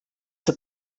hat